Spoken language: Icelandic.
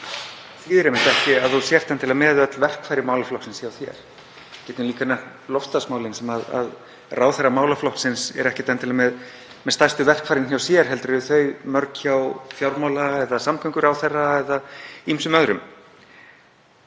þýðir einmitt ekki að þú sért endilega með öll verkfæri málaflokksins hjá þér. Við getum líka nefnt loftslagsmálin þar sem ráðherra málaflokksins er ekkert endilega með stærstu verkfærin hjá sér heldur eru þau mörg hjá fjármála- eða samgönguráðherra eða ýmsum öðrum.